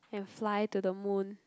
and fly to the moon